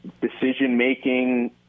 decision-making